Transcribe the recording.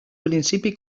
principi